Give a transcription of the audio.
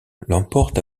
l’emporte